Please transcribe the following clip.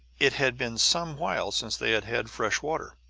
it had been some while since they had had fresh water.